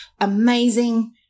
amazing